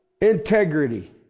integrity